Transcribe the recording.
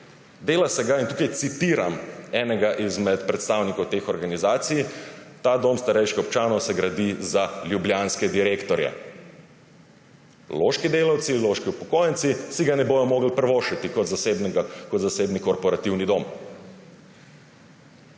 dela se ga, in tukaj citiram enega izmed predstavnikov teh organizacij: »Ta dom starejših občanov se z gradi za ljubljanske direktorje.« Loški delavci, loški upokojenci si ga ne bodo mogli privoščiti kot zasebni korporativni dom.